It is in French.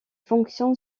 fonctionne